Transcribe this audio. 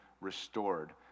restored